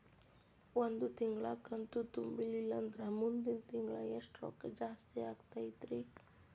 ಒಂದು ತಿಂಗಳಾ ಕಂತು ತುಂಬಲಿಲ್ಲಂದ್ರ ಮುಂದಿನ ತಿಂಗಳಾ ಎಷ್ಟ ರೊಕ್ಕ ಜಾಸ್ತಿ ಆಗತೈತ್ರಿ?